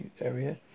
area